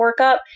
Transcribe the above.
workup